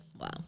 wow